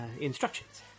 instructions